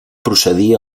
procedir